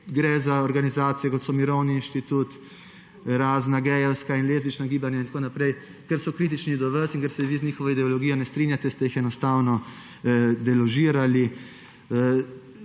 –gre za organizacije, kot so Mirovni inštitut, razna gejevska in lezbična gibanja in tako naprej –, ker so kritični do vas. In ker se vi z njihovo ideologijo ne strinjate, ste jih enostavno deložirali.